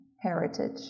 heritage